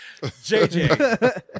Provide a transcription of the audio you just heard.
jj